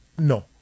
No